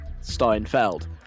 Steinfeld